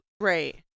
Right